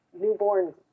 newborn